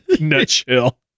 nutshell